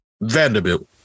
Vanderbilt